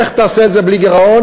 איך תעשה את זה בלי גירעון?